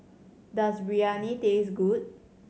does Biryani taste good